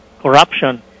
corruption